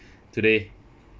today